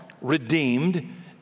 redeemed